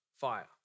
fire